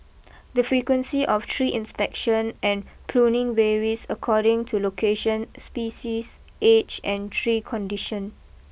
the frequency of tree inspection and pruning varies according to location species age and tree condition